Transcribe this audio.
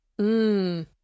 Mmm